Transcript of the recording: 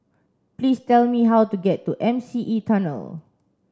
please tell me how to get to M C E Tunnel